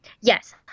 Yes